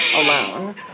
alone